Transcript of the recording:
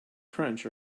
crunch